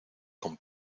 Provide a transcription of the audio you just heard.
con